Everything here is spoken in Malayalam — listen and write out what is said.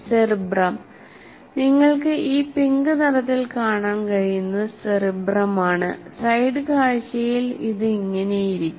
സെറിബ്രം നിങ്ങൾക്ക് ഈ പിങ്ക് നിറത്തിൽ കാണാൻ കഴിയുന്നതു സെറിബ്രം ആണ് സൈഡ് കാഴ്ചയിൽ ഇത് ഇങ്ങനെയായിരിക്കും